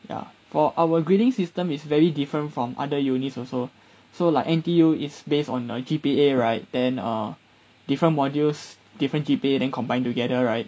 ya for our grading system is very different from other unis also so like N_T_U is based on your G_P_A right then err different modules different G_P_A then combine together right